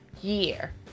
year